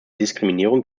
diskriminierung